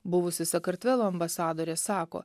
buvusi sakartvelo ambasadorė sako